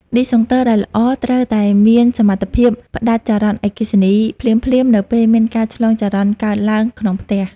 ឌីសង់ទ័រដែលល្អត្រូវតែមានសមត្ថភាពផ្តាច់ចរន្តអគ្គិសនីភ្លាមៗនៅពេលមានការឆ្លងចរន្តកើតឡើងក្នុងផ្ទះ។